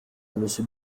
monsieur